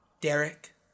Derek